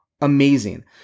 amazing